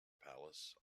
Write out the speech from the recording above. palace